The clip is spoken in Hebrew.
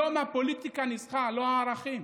היום הפוליטיקה ניצחה, לא הערכים.